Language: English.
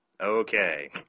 Okay